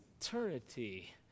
eternity